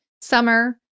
summer